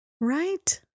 Right